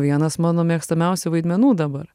vienas mano mėgstamiausių vaidmenų dabar